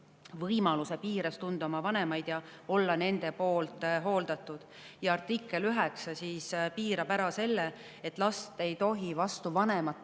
võimaluse piires tunda oma vanemaid ja olla nende poolt hooldatud, ja artikkel 9 piirab ära selle, et last ei tohi vastu vanemate